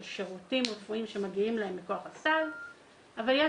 של שירותים רפואיים שמגיעים להם מכוח הצו אבל יש